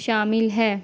شامل ہے